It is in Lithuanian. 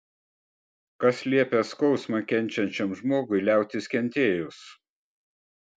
kas liepia skausmą kenčiančiam žmogui liautis kentėjus